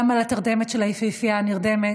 גם על התרדמת של היפהפייה הנרדמת,